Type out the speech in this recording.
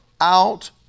out